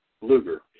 Luger